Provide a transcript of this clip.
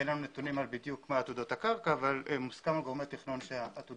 אין לנו נתונים על עתודות הקרקע אבל מוסכם על גורמי התכנון שהעתודות